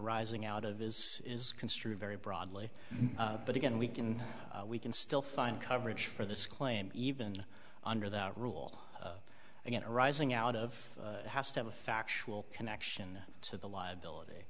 arising out of his is construed very broadly but again we can we can still find coverage for this claim even under that rule and yet arising out of it has to have a factual connection to the liability